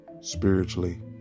Spiritually